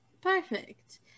Perfect